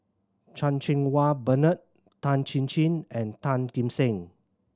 Chan Cheng Wah Bernard Tan Chin Chin and Tan Kim Seng